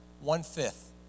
One-fifth